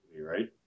right